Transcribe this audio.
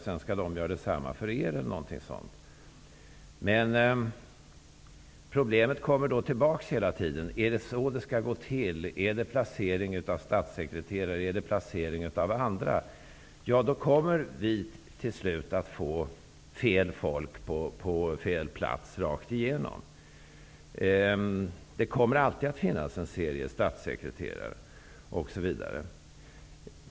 Sedan skall de göra detsamma för er. Problemet kommer då tillbaks hela tiden. Är det så det skall gå till? Är det placering av statssekreterare och andra som det handlar om? Då kommer vi till slut att få fel folk på fel plats rakt igenom. Det kommer alltid att finnas en serie statssekreterare osv.